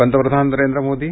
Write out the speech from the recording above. पंतप्रधान नरेंद्र मोदी